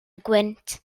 gwynt